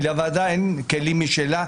כי לוועדה אין כלים משלה.